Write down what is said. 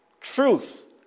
Truth